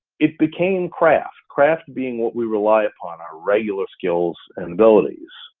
it became craft, craft being what we rely upon our regular skills and abilities,